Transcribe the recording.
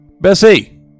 Bessie